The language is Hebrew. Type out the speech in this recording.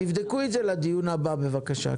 תבדקו את זה לדיון הבא בבקשה.